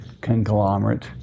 conglomerate